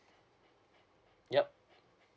yup